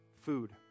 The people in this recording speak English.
food